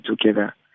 together